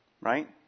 Right